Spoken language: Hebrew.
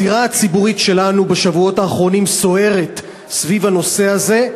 הזירה הציבורית שלנו בשבועת האחרונים סוערת סביב הנושא הזה,